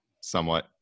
somewhat